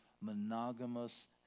monogamous